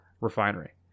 refinery